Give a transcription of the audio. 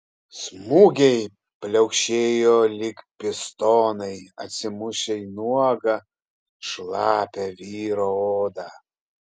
smūgiai pliaukšėjo lyg pistonai atsimušę į nuogą šlapią vyro odą